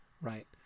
right